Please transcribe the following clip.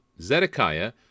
Zedekiah